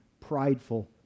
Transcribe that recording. prideful